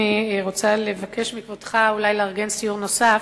אני רוצה לבקש מכבודך אולי לארגן סיור נוסף,